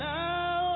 now